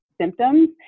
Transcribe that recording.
symptoms